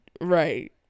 Right